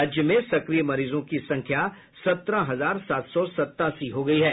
राज्य में सक्रिय मरीजों की संख्या सत्रह हजार सात सौ सतासी हो गयी है